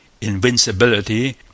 invincibility